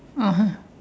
(uh huh)